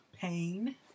pain